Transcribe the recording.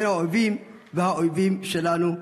בין האוהבים והאויבים שלנו.